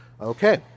Okay